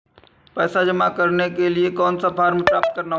पैसा जमा करने के लिए कौन सा फॉर्म प्राप्त करना होगा?